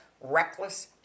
reckless